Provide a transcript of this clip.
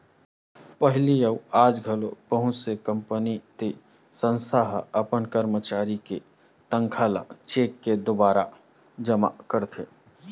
पहिली अउ आज घलो बहुत से कंपनी ते संस्था ह अपन करमचारी के तनखा ल चेक के दुवारा जमा करथे